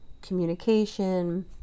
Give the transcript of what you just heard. communication